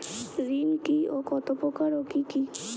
ঋণ কি ও কত প্রকার ও কি কি?